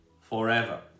forever